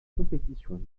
compétition